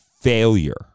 failure